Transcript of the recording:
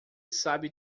sabe